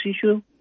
issue